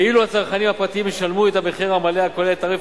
ואילו הצרכנים הפרטיים ישלמו את המחיר המלא הכולל את תעריף